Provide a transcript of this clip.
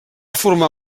formar